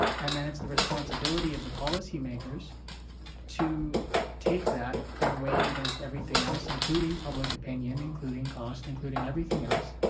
and then it's the responsibility of the policy makers to take that and weigh it against everything else, including public opinion. including cost. including everything else.